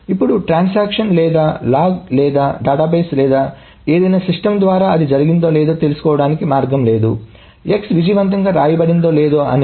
ఇప్పుడు ట్రాన్సాక్షన్ లేదా లాగ్ లేదా డేటాబేస్ లేదా ఏదైనా సిస్టమ్ ద్వారా అది జరిగిందో లేదో తెలుసుకోవడానికి మార్గం లేదు x విజయవంతంగా వ్రాయబడిందో లేదో అని